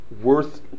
worth